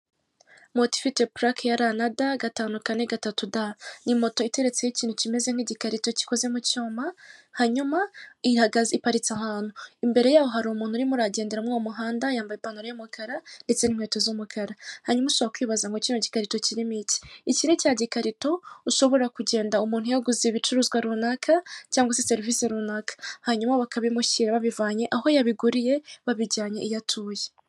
Moto ifite purake ya Ra na da, gatanu , kane, gatatu, da. Ni moto iteretseho ikintu kimeze nk'igikarito gikoze mu cyuma, hanyuma ihagaze, iparitse ahantu. Imbere yaho hari umuntu urimo uragendera muri uwo muhanda yambaye ipantaro n'umukara ndetse n'inkweto z'umukara. Hanyuma ushobora kwibaza ngo kino gikarito kirimo iki? Iki ni cya gikarito, ushobora kugenda umuntu yaguze ibicuruzwa runaka cyangwa se serivise runaka. Hanyuma bakabimushyira babivanye aho yabiguriye babijyanye aho atuye.